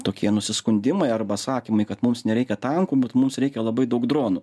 tokie nusiskundimai arba sakymai kad mums nereikia tankų bet mums reikia labai daug dronų